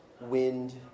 wind